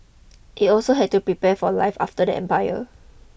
it also had to prepare for life after the empire